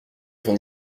ton